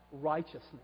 righteousness